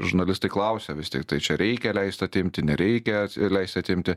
žurnalistai klausia vis tiktai čia reikia leist atimti nereikia leist atimti